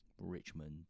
Richmond